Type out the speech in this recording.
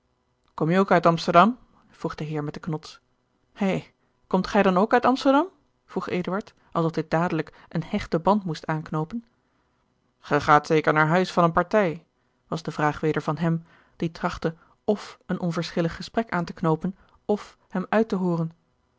kom je ook uit amsterdem vroeg de heer met de knods hé komt gij dan ook uit amsterdam vroeg eduard alsof dit dadelijk een hechten band moest aanknoopen ge gaat zeker naar huis van eene partij was de vraag weder van hem die trachtte f een onverschillig gesprek aan te knoopen f hem uit te hooren